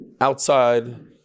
outside